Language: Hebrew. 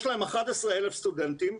יש להם 11,000 סטודנטים,